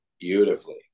beautifully